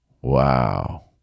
Wow